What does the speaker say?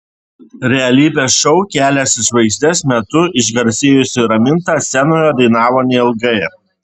realybės šou kelias į žvaigždes metu išgarsėjusi raminta scenoje dainavo neilgai